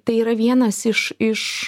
tai yra vienas iš iš